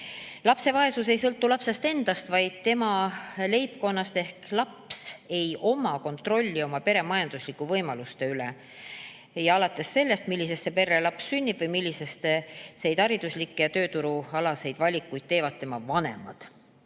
Lapse vaesus ei sõltu lapsest endast, vaid tema leibkonnast. Ehk laps ei oma kontrolli oma pere majanduslike võimaluste üle, alates sellest, millisesse perre laps sünnib või milliseid hariduslikke ja tööturualaseid valikuid teevad tema vanemad.